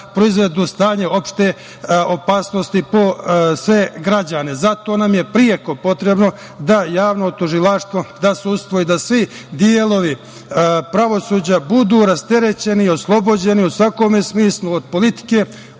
proizvedu stanje opšte opasnosti po sve građane. Zato nam je preko potrebno da javno tužilaštvo, da se usvoji da svi delovi pravosuđa budu rasterećeni, oslobođeni u svakome smislu od politike,